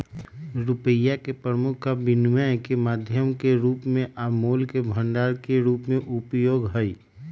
रुपइया के प्रमुख काम विनिमय के माध्यम के रूप में आ मोल के भंडार के रूप में उपयोग हइ